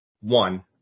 One